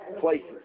places